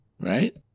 Right